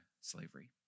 slavery